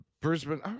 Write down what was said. Brisbane